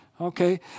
Okay